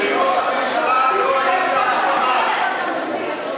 אדוני ראש הממשלה, התחמקת מדיון על הדרום.